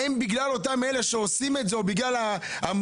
האם בגלל אותם אלה שעושים את זה או בגלל המאכרים?